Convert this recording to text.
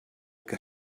que